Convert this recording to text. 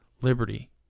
liberty